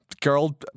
Girl